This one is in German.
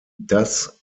das